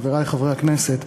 חברי חברי הכנסת,